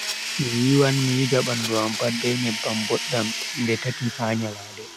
Mi yiwan, mi wuja bandu am pat be nyebbam boddam nde tati ha nyalaade.